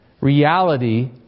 reality